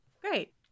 Great